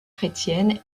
chrétienne